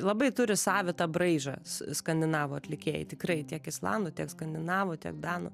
labai turi savitą braižą ss skandinavų atlikėjai tikrai tiek islandų tiek skandinavų tiek danų